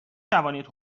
توانید